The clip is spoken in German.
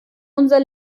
unser